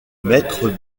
maître